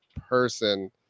person